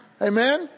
Amen